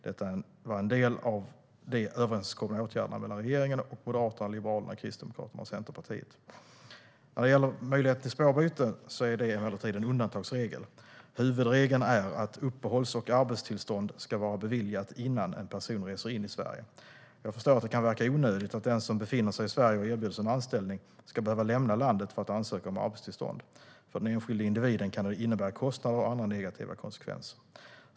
Detta var en del av de överenskomna åtgärderna mellan regeringen och Moderaterna, Liberalerna, Kristdemokraterna och Centerpartiet. Svar på interpellationer Möjligheten till spårbyte är en undantagsregel. Huvudregeln är att uppehålls och arbetstillstånd ska vara beviljat innan en person reser in i Sverige. Jag förstår att det kan verka onödigt att den som befinner sig i Sverige och erbjuds en anställning ska behöva lämna landet för att ansöka om arbetstillstånd. För den enskilde individen kan det innebära kostnader och andra negativa konsekvenser.